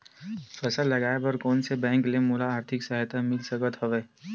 फसल लगाये बर कोन से बैंक ले मोला आर्थिक सहायता मिल सकत हवय?